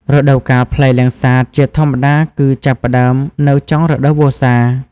រដូវកាលផ្លែលាំងសាតជាធម្មតាគឺចាប់ផ្ដើមនៅចុងរដូវវស្សា។